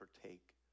partake